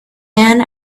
man